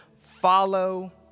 follow